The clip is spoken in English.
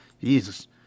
Jesus